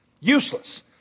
Useless